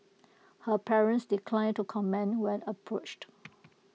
her parents declined to comment when approached